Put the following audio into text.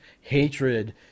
hatred